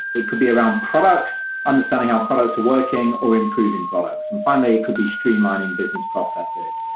it could be around products. understanding how products are working or improving products. and finally, it could be streamlining business processes.